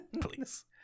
Please